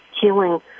healing